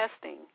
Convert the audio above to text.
testing